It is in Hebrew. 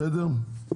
בסדר?